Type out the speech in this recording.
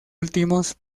últimos